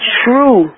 true